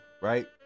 right